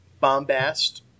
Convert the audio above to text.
Bombast